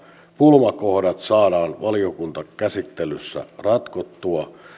pulmakohdat saadaan valiokuntakäsittelyssä ratkottua